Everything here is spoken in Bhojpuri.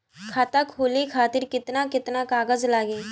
खाता खोले खातिर केतना केतना कागज लागी?